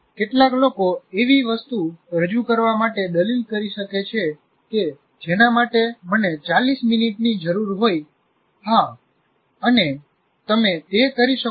કેટલાક લોકો એવી વસ્તુ રજૂ કરવા માટે દલીલ કરી શકે છે કે જેના માટે મને 40 મિનિટની જરૂર હોય હા અને તમે તે કરી શકો છો